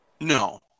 No